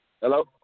Hello